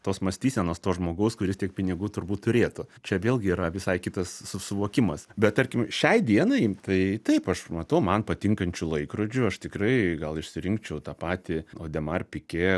tos mąstysenos to žmogaus kuris tiek pinigų turbūt turėtų čia vėlgi yra visai kitas su suvokimas bet tarkim šiai dienai tai taip aš matau man patinkančių laikrodžių aš tikrai gal išsirinkčiau tą patį odemar pike